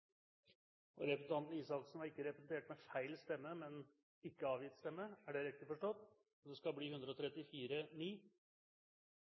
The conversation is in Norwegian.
sent. Representanten Røe Isaksen var ikke representert med feil stemme, men har ikke avgitt stemme, slik at det skal være 134 stemmer for innstillingen og